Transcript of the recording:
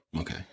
Okay